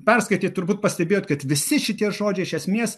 perskaitėt turbūt pastebėjot kad visi šitie žodžiai iš esmės